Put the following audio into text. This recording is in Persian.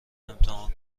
امتحان